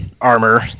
armor